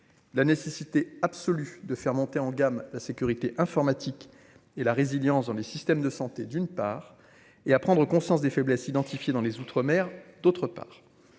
la nécessité absolue de faire monter en gamme, la sécurité informatique et la résilience dans les systèmes de santé d'une part et à prendre conscience des faiblesses identifiées dans les outre-mer, d'autre part,